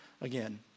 again